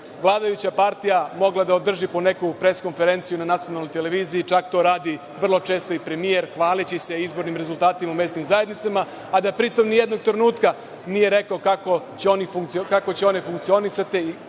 vladajuća partija mogla da održi po neku pres konferenciju na Nacionalnoj televiziji, a to vrlo često radi i premijer, hvaleći se izbornim rezultatima u mesnim zajednicama, a da pri tom ni jednog trenutka nije rekao kako će one funkcionisati